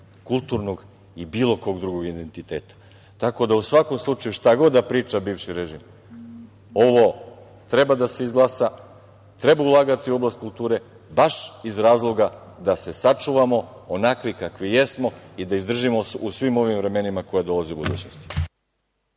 kulturnog i bilo kog drugog identiteta. Tako da, u svakom slučaju šta god da priča bivši režim, ovo treba da se izglasa, treba ulagati u oblast kulture baš iz razloga da se sačuvamo onakvi kakvi jesmo i da izdržimo u svim ovim vremenima koja dolaze u budućnosti.